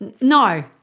No